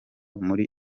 muri